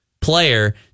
player